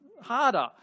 harder